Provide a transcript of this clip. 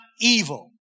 evil